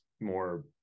more